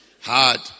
Hard